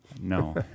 no